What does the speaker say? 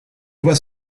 vois